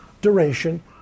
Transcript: duration